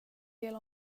del